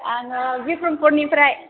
आङो बिक्रमपुरनिफ्राय